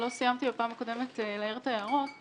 לא סיימתי בפעם הקודמת להעיר את הערות.